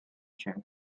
cię